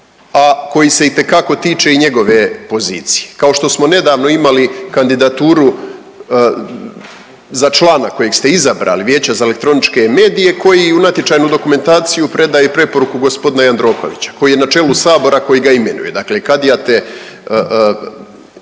a koji se itekako tiče i njegove pozicije. Kao što smo nedavno imali kandidaturu za člana kojeg ste izabrali Vijeća za elektroničke medije koji u natječajnu dokumentaciju predaje preporuku g. Jandrokovića koji je načelu Sabora koji ga imenuje. Dakle kadija te